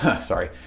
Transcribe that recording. sorry